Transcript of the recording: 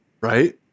Right